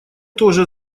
тоже